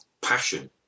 passion